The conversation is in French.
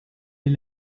est